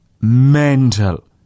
mental